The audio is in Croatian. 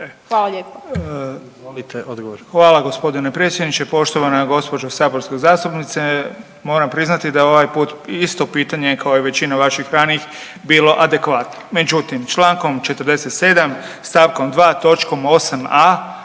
Hvala gospodine predsjedniče. Poštovana gospođo saborska zastupnice, moram priznati da ovaj put isto pitanje kao i većina vaših ranijih bilo adekvatno. Međutim, Člankom 47. stavkom 2.